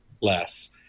less